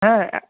হ্যাঁ